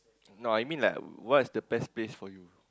no I mean like what's the best place for you